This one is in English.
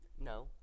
No